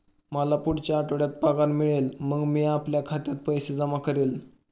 मला पुढच्या आठवड्यात पगार मिळेल मग मी आपल्या खात्यात पैसे जमा करेन